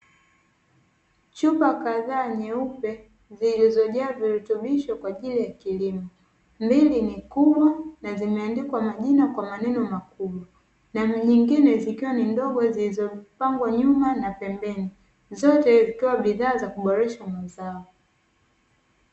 Chupa kadhaa nyeupe zilizojaa virutubisho kwaajili ya kilimo mbili ni kubwa na zimeandikwa majina kwa maneno makubwa na nyingine zikiwa ni ndogo zmepangwa nyuma zote zikiwa na dhumuni yakuboresha kilimo